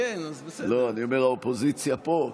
אני אומר "האופוזיציה פה",